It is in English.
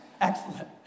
excellent